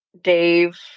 dave